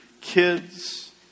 kids